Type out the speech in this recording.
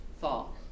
fall